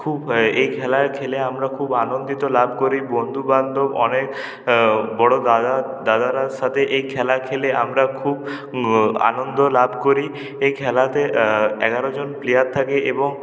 খুব এই খেলা খেলে আমরা খুব আনন্দ লাভ করি বন্ধুবান্ধব অনেক বড় দাদা দাদাদের সাথে খেলে আমরা খুব আনন্দ লাভ করি এই খেলাতে এগারো জন প্লেয়ার থাকে এবং